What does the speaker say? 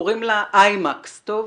קוראים לה "איינקס" טוב?